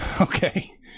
okay